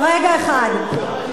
עוד לא אמרת כיבוש.